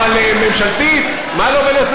אבל ממשלתית, מה לו ולזה?